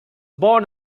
born